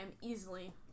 easily